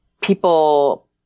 people